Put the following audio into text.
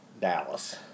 Dallas